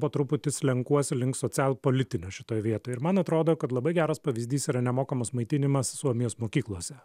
po truputį slenkuosi link socialpolitinio šitoj vietoj ir man atrodo kad labai geras pavyzdys yra nemokamas maitinimas suomijos mokyklose